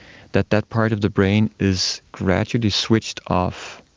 that that part of the brain is gradually switched off.